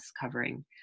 covering